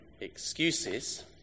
excuses